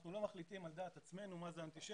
אנחנו לא מחליטים על דעת עצמנו מה זאת אנטישמיות